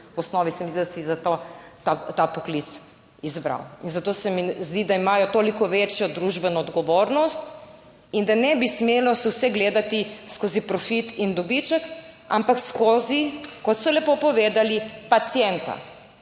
V osnovi se mi zdi, da si za to ta poklic izbral. In zato se mi zdi, da imajo toliko večjo družbeno odgovornost in da ne bi smelo se vse gledati skozi profit in dobiček, ampak skozi, kot so lepo povedali, pacienta,